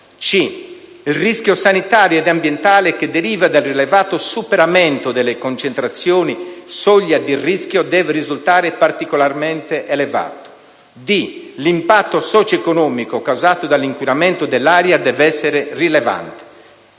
il rischio sanitario ed ambientale che deriva dal rilevato superamento delle concentrazioni soglia di rischio deve risultare particolarmente elevato; l'impatto socioeconomico causato dall'inquinamento dell'area deve essere rilevante;